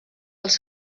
els